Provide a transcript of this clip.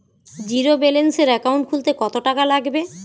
জিরোব্যেলেন্সের একাউন্ট খুলতে কত টাকা লাগবে?